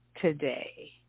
today